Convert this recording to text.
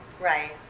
Right